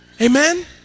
Amen